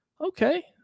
Okay